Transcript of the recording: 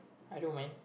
I don't mind